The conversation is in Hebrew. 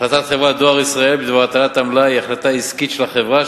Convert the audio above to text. החלטת חברת "דואר ישראל" בדבר הטלת עמלה היא החלטה עסקית של החברה,